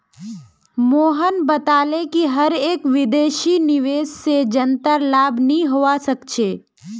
मोहन बताले कि हर एक विदेशी निवेश से जनतार लाभ नहीं होवा सक्छे